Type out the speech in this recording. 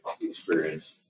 experience